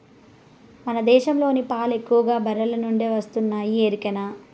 మన దేశంలోని పాలు ఎక్కువగా బర్రెల నుండే వస్తున్నాయి ఎరికనా